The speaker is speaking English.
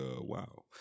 wow